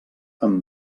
amb